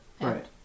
right